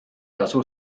kasu